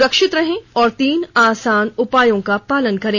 सुरक्षित रहें और तीन आसान उपायों का पालन करें